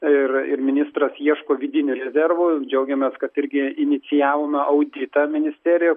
ir ir ministras ieško vidinių rezervų džiaugiamės kad irgi inicijavome auditą ministerijoje